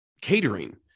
catering